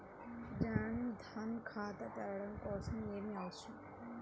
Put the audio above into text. జన్ ధన్ ఖాతా తెరవడం కోసం ఏమి అవసరం?